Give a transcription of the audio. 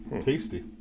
tasty